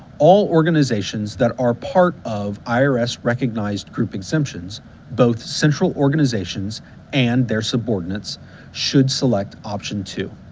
all organizations that are part of irs-recognized group exemptions both central organizations and their subordinates should select option two.